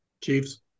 Chiefs